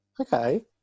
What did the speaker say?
Okay